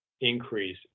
increase